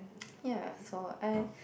ya so I